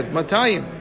Matayim